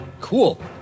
Cool